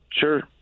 Sure